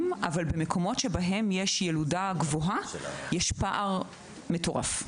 שבמקומות בהם יש ילודה גבוהה יש פער מטורף.